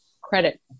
credit